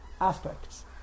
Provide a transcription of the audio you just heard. aspects